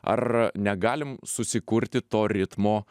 ar negalim susikurti to ritmo